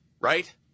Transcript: right